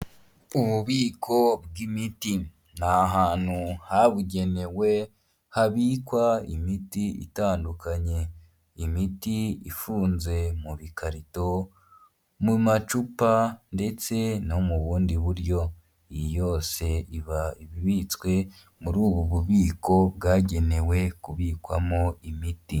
Ububiko bw'imiti. N'ahantu habugenewe habikwa imiti itandukanye. Imiti ifunze mu bikarito, mu macupa ndetse no mu bundi buryo. Yose iba ibitswe muri ubu bubiko bwagenewe kubikwamo imiti.